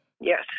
Yes